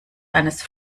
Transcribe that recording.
eines